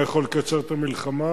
היה יכול לקצר את המלחמה,